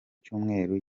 cyumweru